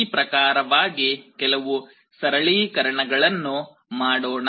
ಈ ಪ್ರಕಾರವಾಗಿ ಕೆಲವು ಸರಳೀಕರಣಗಳನ್ನು ಮಾಡೋಣ